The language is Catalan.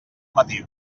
matí